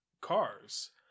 cars